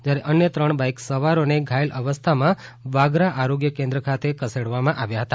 જ્યારે અન્ય ત્રણ બાઇક સવારોને ધાયલ અવસ્થામાં વાગરા આરોગ્ય કેન્દ્ર ખાતે ખસેડવામાં આવ્યા હતા